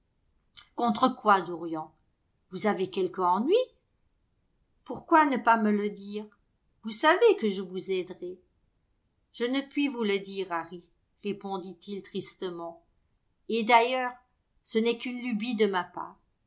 contre quoi dorianp vous avez quelque ennui pourquoi ne pas me le dire vous savez que je vous aiderais je ne puis vous le dire harry répondit-il tristement et d'ailleurs ce n'est qu'une lubie de ma part